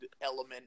element